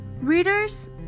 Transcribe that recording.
Readers